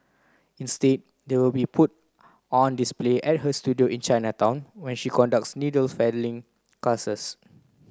instead they will be put on display at her studio in Chinatown where she conducts needle felting classes